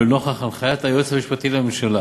ולנוכח הנחיית היועץ המשפטי לממשלה